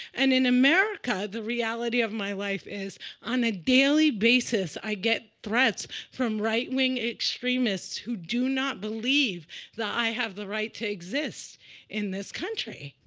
and in america, the reality of my life is on a daily basis, i get threats from right-wing extremists who do not believe that i have the right to exist in this country.